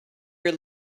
your